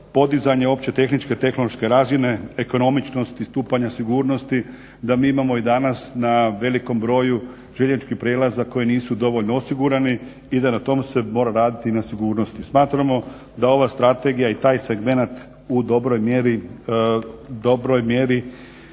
podizanje opće tehničke i tehnološke razine ekonomičnosti, stupanja sigurnosti da mi imamo i danas na velikom broju željezničkih prijelaza koji nisu dovoljno osigurani i da na tom se mora raditi i na sigurnosti. Smatramo da ova strategija i taj segmenat u dobroj mjeri